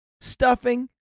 stuffing